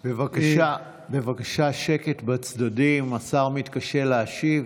בבקשה, שקט בצדדים, השר מתקשה להשיב.